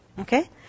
Okay